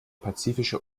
pazifische